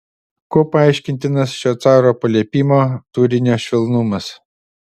kuo paaiškintinas šio caro paliepimo turinio švelnumas